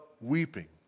weeping